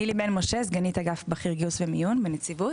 משה, סגנית אגף בכיר גיוס ומיון בנציבות.